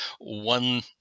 one